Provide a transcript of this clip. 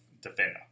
defender